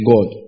God